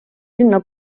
linna